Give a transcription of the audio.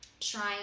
trying